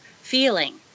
feeling